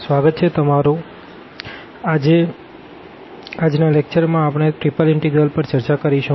સ્વાગત છે તમારું અને આજે આપણે ત્રિપલ ઇનટેગ્રલ્સ પર ચર્ચા કરીશું